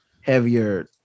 heavier